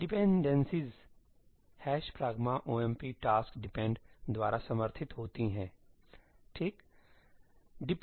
dependencies ' pragma omp task depend' द्वारा समर्थित होती है ठीक